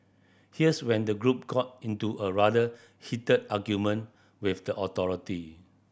here's when the group got into a rather heated argument with the authority